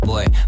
Boy